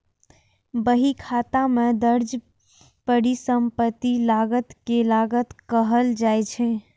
बहीखाता मे दर्ज परिसंपत्ति लागत कें लागत कहल जाइ छै